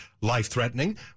life-threatening